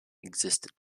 existed